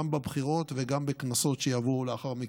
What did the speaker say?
גם בבחירות וגם בכנסות שיבואו לאחר מכן.